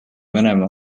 venemaa